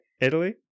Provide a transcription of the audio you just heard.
Italy